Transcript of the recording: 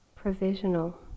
provisional